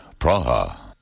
Praha